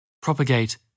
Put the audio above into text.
propagate